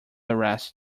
arrest